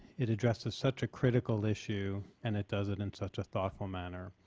it addresses such a critical issue and it does it in such a thoughtful manner.